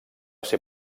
ser